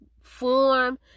form